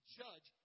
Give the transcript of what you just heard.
judge